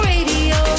Radio